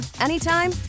anytime